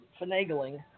finagling